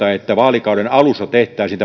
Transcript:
sellaista että vaalikauden alussa tehtäisiin